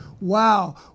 Wow